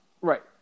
right